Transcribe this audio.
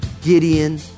Gideon